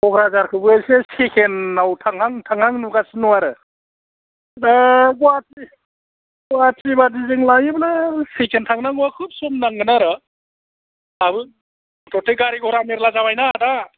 क'क्राझारखौबो इसे सेकेन्द आव थांहां थांहा नुगासिनो दं आरो बे गुवाहाटी नि बायदि जों लायोब्ला सेकेन्द थांनांगौबा खुब सम नांगोन आरो दाबो गते गारि घड़ा मेल्ला जाबायना दा